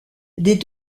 des